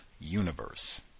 universe